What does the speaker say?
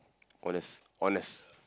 honest honest